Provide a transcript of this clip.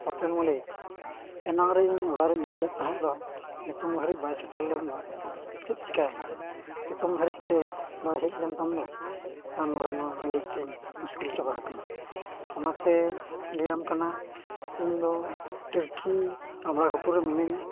hotel ᱢᱟᱹᱞᱤᱠ ᱮᱱᱟᱱ ᱨᱮ ᱤᱧ ᱚᱰᱟᱨᱤᱧ ᱮᱢ ᱞᱮᱫ ᱛᱟᱦᱮᱸᱫ ᱫᱚ ᱱᱤᱛᱚᱝ ᱫᱷᱟᱹᱵᱤᱡ ᱵᱟᱭ ᱥᱮᱴᱮᱨ ᱞᱮᱱᱫᱚ ᱪᱮᱫ ᱪᱤᱠᱟᱹᱭᱮᱱᱟ ᱱᱤᱛᱚᱝ ᱫᱷᱟᱹᱨᱤᱡ ᱛᱮ ᱵᱟᱭ ᱦᱮᱡ ᱞᱮᱱ ᱛᱟᱢ ᱫᱚ ᱟᱨ ᱱᱚᱰᱮ ᱱᱚᱣᱟ ᱨᱮᱸᱜᱮᱡ ᱛᱤᱧ ᱢᱩᱥᱠᱤᱞ ᱪᱟᱵᱟ ᱟᱠᱟᱱᱟ ᱚᱱᱟᱛᱮ ᱞᱟᱹᱭᱟᱢ ᱠᱟᱱᱟ ᱤᱧᱫᱚ ᱴᱮᱲᱠᱤ ᱟᱢᱲᱟ ᱜᱷᱩᱴᱩ ᱨᱮ ᱢᱤᱱᱟᱹᱧᱟ